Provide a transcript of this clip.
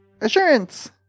Assurance